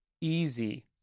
easy